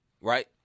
right